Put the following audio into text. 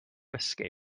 escape